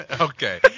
Okay